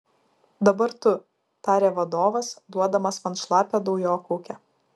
dabar tu tarė vadovas duodamas man šlapią dujokaukę